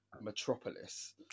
metropolis